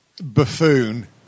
buffoon